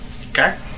Okay